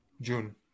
June